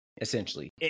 essentially